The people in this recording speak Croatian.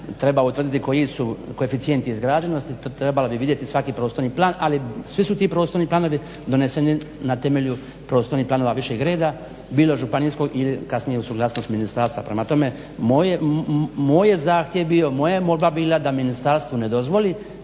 treba utvrditi koji su koeficijenti izgrađenosti. Trebalo bi vidjeti svaki prostorni plan, ali svi su ti prostorni planovi doneseni na temelju prostornih planova višeg reda, bilo županijskog ili kasnije uz suglasnost ministarstva. Prema tome moj je zahtjev bio, moja je molba bila da Ministarstvo ne dozvoli